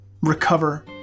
recover